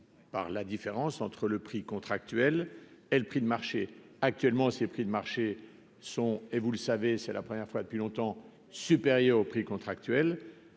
par la différence entre le prix contractuel elle prix de marché actuellement ses prix de marché sont et vous le savez, c'est la première fois depuis longtemps supérieur au prix contractuel